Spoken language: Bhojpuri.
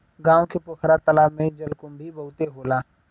गांव के पोखरा तालाब में जलकुंभी बहुते होला